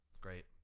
Great